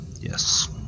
yes